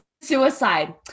suicide